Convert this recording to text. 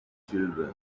children